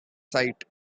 sight